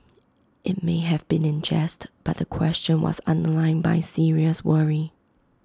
IT may have been in jest but the question was underlined by serious worry